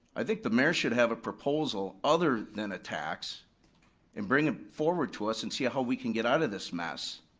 i think the mayor should have a proposal other than a tax and bring it forward to us and see how we can get out of this mess.